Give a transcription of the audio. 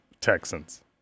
Texans